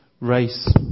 race